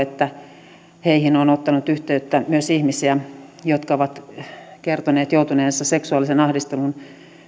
että heihin ovat ottaneet yhteyttä myös ihmiset jotka ovat kertoneet joutuneensa seksuaalisen ahdistelun